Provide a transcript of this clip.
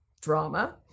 drama